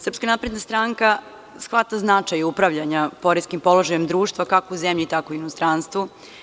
Srpska napredna stranka shvata značaj upravljanja poreskim položajem društva, kako u zemlji, tako i u inostranstvu.